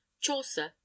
chaucer